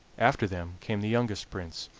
after them came the youngest prince,